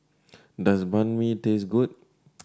does Banh Mi taste good